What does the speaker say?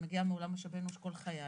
אני מגיעה מעולם משאבי אנוש כל חיי.